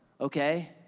okay